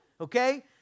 okay